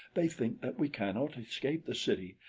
they think that we cannot escape the city,